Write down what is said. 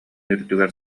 үрдүгэр